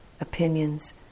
opinions